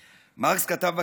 מרקס כתב ב"הקפיטל"